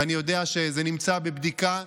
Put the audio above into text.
ואני יודע שזה נמצא בבדיקה,